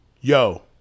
Yo